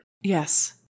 Yes